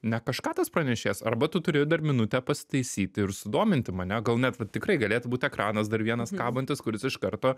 ne kažką tas pranešėjas arba tu turi dar minutę pasitaisyti ir sudominti mane gal net vat tikrai galėtų būt ekranas dar vienas kabantis kuris iš karto